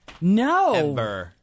No